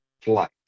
flight